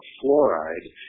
fluoride